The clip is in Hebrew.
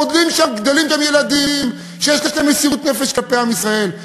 גדלים שם ילדים שיש להם מסירות נפש כלפי עם ישראל,